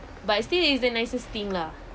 but it still is the nicest thing lah